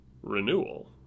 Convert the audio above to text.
renewal